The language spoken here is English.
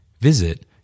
Visit